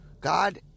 God